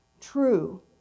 true